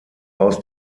aus